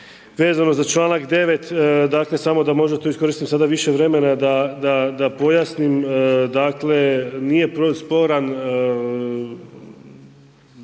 vezano za članak 9., dakle samo da možda tu iskoristim više sada vremena da pojasnim. Nije sporno